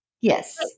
Yes